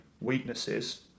weaknesses